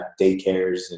daycares